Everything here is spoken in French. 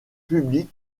publiques